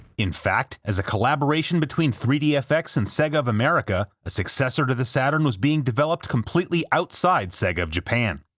in fact, as a collaboration between three dfx and sega of america, a successor to the saturn was being developed completely outside sega of japan.